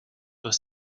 doit